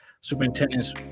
Superintendents